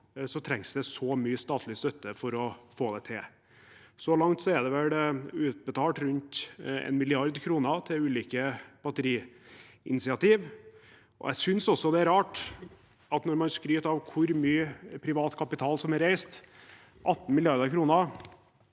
trengs det så mye statlig støtte for å få det til. Så langt er det vel utbetalt rundt 1 mrd. kr til ulike batteriinitiativ. Jeg synes også det er rart at når man skryter av hvor mye privat kapital som er reist, 18 mrd. kr,